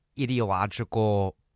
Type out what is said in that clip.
ideological